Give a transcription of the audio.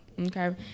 Okay